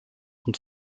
und